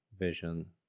Vision